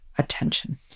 Attention